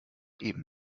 eben